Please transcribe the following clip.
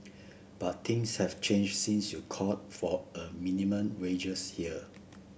but things have changed since you called for a minimum wages here